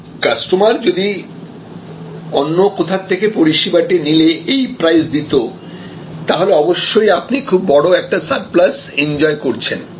এখন কাস্টমার যদি অন্য কোথা থেকে পরিষেবাটি নিলে এই প্রাইস দিত তাহলে অবশ্যই আপনি খুব বড় একটা সারপ্লাস এনজয় করছেন